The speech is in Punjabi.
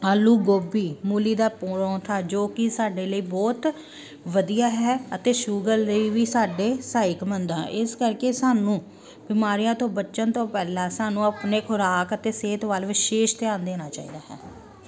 ਆਲੂ ਗੋਭੀ ਮੂਲੀ ਦਾ ਪਰੌਂਠਾ ਜੋ ਕਿ ਸਾਡੇ ਲਈ ਬਹੁਤ ਵਧੀਆ ਹੈ ਅਤੇ ਸ਼ੂਗਰ ਲਈ ਵੀ ਸਾਡੇ ਸਹਾਇਕਮੰਦ ਹੈ ਇਸ ਕਰਕੇ ਸਾਨੂੰ ਬਿਮਾਰੀਆਂ ਤੋਂ ਬਚਣ ਤੋਂ ਪਹਿਲਾਂ ਸਾਨੂੰ ਆਪਣੇ ਖ਼ੁਰਾਕ ਅਤੇ ਸਿਹਤ ਵੱਲ ਵਿਸ਼ੇਸ਼ ਧਿਆਨ ਦੇਣਾ ਚਾਹੀਦਾ ਹੈ